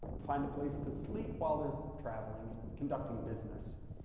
find a place to sleep while they're traveling and conducting business.